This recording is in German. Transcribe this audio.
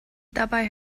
dabei